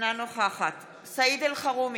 נוכחת סעיד אלחרומי,